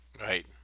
Right